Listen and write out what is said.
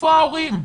איפה ההורים?